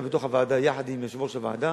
אתה, בתוך הוועדה, יחד עם יושב-ראש הוועדה,